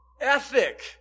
ethic